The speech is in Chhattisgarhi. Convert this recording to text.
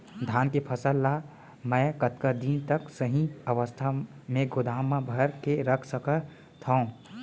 धान के फसल ला मै कतका दिन तक सही अवस्था में गोदाम मा भर के रख सकत हव?